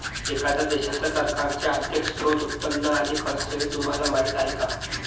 एखाद्या देशाच्या सरकारचे आर्थिक स्त्रोत, उत्पन्न आणि खर्च हे तुम्हाला माहीत आहे का